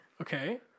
okay